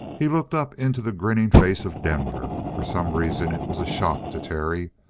he looked up into the grinning face of denver. for some reason it was a shock to terry.